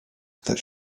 that